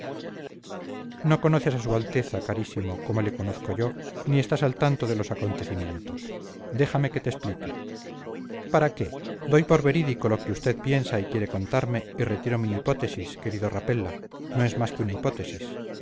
no conoces a su alteza carísimo como le conozco yo ni estás al tanto de los acontecimientos déjame que te explique para qué doy por verídico lo que usted piensa y quiere contarme y retiro mi hipótesis querido rapella no es más que una hipótesis